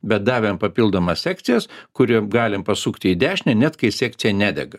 bet davėm papildomas sekcijas kuriom galim pasukti į dešinę net kai sekcija nedega